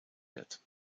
wird